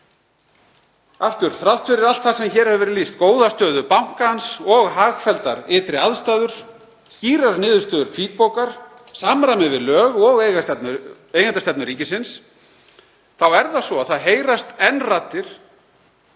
stað. Þrátt fyrir allt það sem hér hefur verið lýst, góða stöðu bankans og hagfelldar ytri aðstæður, skýrar niðurstöður hvítbókar, samræmi við lög og eigendastefnu ríkisins, þá heyrast enn raddir,